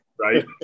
Right